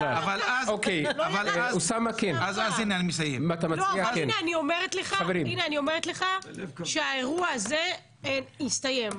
הנה אני אומרת לך שהאירוע הזה יסתיים.